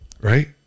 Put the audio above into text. right